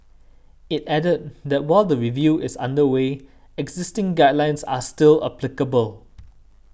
it added that while the review is under way existing guidelines are still applicable